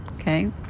okay